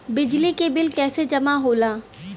बिजली के बिल कैसे जमा होला?